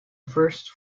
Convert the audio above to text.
first